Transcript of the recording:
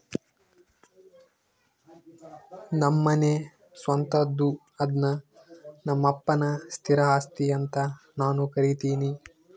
ನಮ್ಮನೆ ಸ್ವಂತದ್ದು ಅದ್ನ ನಮ್ಮಪ್ಪನ ಸ್ಥಿರ ಆಸ್ತಿ ಅಂತ ನಾನು ಕರಿತಿನಿ